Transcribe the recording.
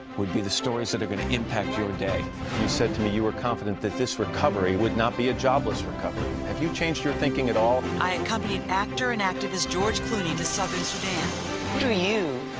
would be the stories that are gonna impact your day. you said to me you are confident that this recovery would not be a jobless recovery. have you changed your thinking at all? i accompanied actor and activist george clooney to southern sudan. who do you,